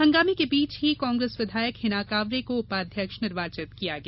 हंगामें के बीच ही कांग्रेस विधायक हिना कांवरे को उपाध्यक्ष निर्वाचित किया गया